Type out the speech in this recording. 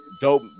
Dope